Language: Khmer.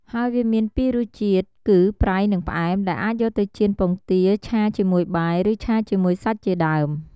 ហេីយវាមានពីររសជាតិគឺ ប្រៃ និង ផ្អែម ដែលអាចយកទៅចៀនពងទា ឆាជាមួយបាយ ឬ ឆាជាមួយសាច់ជាដេីម។